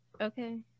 okay